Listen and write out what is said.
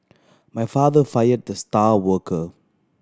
my father fired the star worker